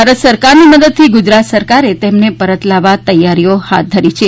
ભારત સરકારની મદદથી ગુજરાત સરકારે તેમને પરત લાવવા માટે તૈયારી હાથ ધરી છે